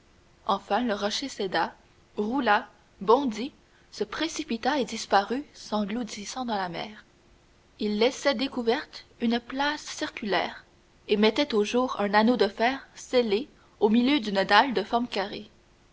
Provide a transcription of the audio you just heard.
enfin le rocher céda roula bondit se précipita et disparut s'engloutissant dans la mer il laissait découverte une place circulaire et mettait au jour un anneau de fer scellé au milieu d'une dalle de forme carrée